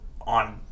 on